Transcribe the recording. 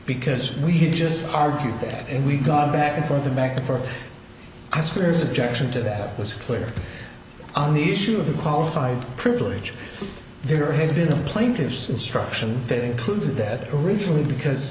because we had just argued that and we've gone back and forth and back and forth custer's objection to that was clear on the issue of the qualified privilege there had been a plaintiff's instruction that included that originally because